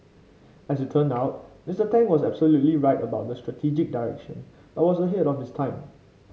as it turned out Mister Tang was absolutely right about the strategic direction but was ahead of his time